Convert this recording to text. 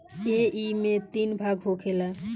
ऐइमे तीन भाग होखेला